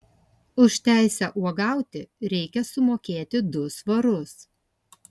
už teisę uogauti reikia sumokėti du svarus